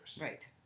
Right